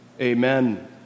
Amen